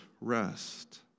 rest